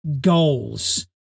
goals